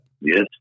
Yes